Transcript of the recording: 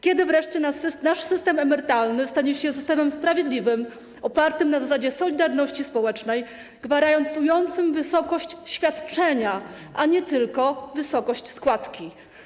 Kiedy wreszcie nasz system emerytalny stanie się systemem sprawiedliwym, opartym na zasadzie solidarności społecznej, gwarantującym wysokość świadczenia, a nie tylko wysokość składki?